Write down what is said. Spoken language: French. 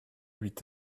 huit